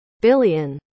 billion